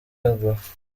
yegura